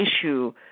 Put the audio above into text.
issue